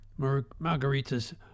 margaritas